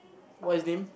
what his name